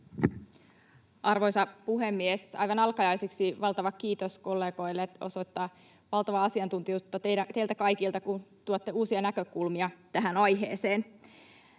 Arvoisa puhemies! Aivan alkajaisiksi valtava kiitos kollegoille: osoittaa valtavaa asiantuntijuutta teiltä kaikilta, kun tuotte uusia näkökulmia tähän aiheeseen.